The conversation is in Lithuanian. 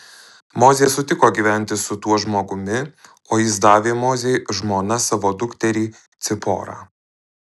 mozė sutiko gyventi su tuo žmogumi o jis davė mozei žmona savo dukterį ciporą